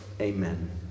Amen